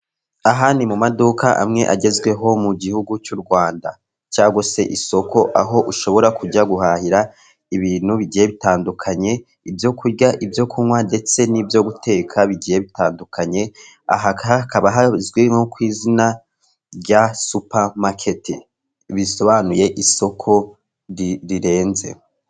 Aha ni mu maduka amwe agezweho mu gihugu cy'u Rwanda cyangwa se isoko aho ushobora kujya guhahira ibintu bigiye bitandukanye, ibyo kurya, ibyo kunywa ndetse n'ibyo guteka bigiye bitandukanye, aha hakaba hazwi nko ku izina rya supamaketi. Bisobanuye isoko rirenze.